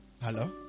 Hello